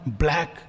black